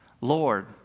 Lord